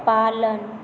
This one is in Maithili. पालन